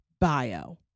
bio